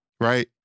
right